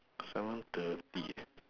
seven thirty ah